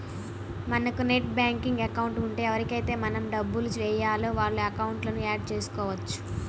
మనకు net banking account ఉంటే ఎవరికైతే మనం డబ్బులు వేయాలో వాళ్ళ అకౌంట్లను యాడ్ చేసుకోవచ్చు